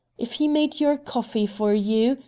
if he made your coffee for you,